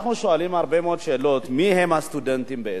אנחנו שואלים הרבה מאוד שאלות: מי הם הסטודנטים בעצם?